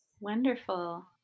Wonderful